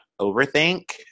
overthink